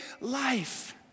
life